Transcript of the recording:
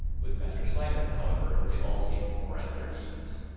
with master simon, however, they all seemed more at their ease.